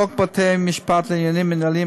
חוק בתי-משפט לעניינים מינהליים,